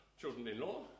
children-in-law